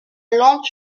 lampe